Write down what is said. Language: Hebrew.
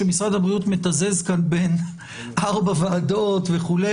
שמשרד הבריאות מתוזז פה בין ארבע ועדות וכו',